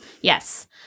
yes